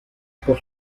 por